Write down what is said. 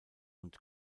und